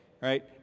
Right